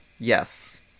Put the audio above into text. Yes